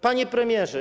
Panie Premierze!